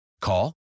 Call